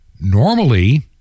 normally